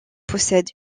possède